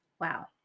Wow